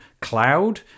cloud